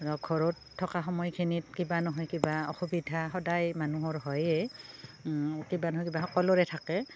আৰু ঘৰত থকা সময়খিনিত কিবা নহয় কিবা অসুবিধা সদায় মানুহৰ হয়েই কিবা নহয় কিবা সকলোৰে থাকে